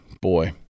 boy